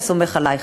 אני סומך עלייך.